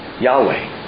Yahweh